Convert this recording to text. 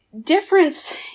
difference